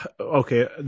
Okay